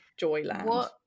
Joyland